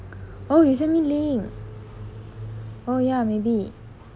oh you send me link oh ya maybe